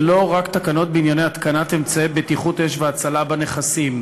ולא רק תקנות בענייני התקנת אמצעי בטיחות אש והצלה בנכסים.